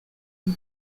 des